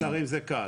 עובדים זרים זה קל.